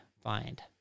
find